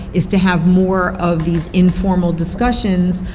is to have more of these informal discussions,